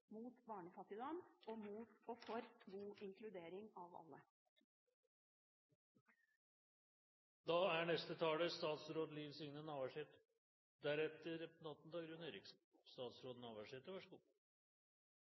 mot barnefattigdom og for god inkludering av alle. Det er